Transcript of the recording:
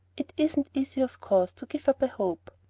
it isn't easy, of course, to give up a hope.